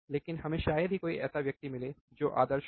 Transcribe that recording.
लेकिन हमें शायद ही कोई ऐसा व्यक्ति मिले जो आदर्श हो